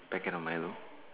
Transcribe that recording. packet of Milo